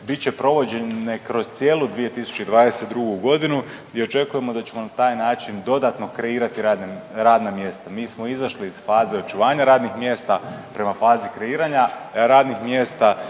Bit će provođene kroz cijelu 2022. godinu, gdje očekujemo da ćemo na taj način dodatno kreirati radna mjesta. Mi smo izašli iz faze očuvanja radnih mjesta prema fazi kreiranja radnih mjesta